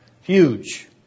Huge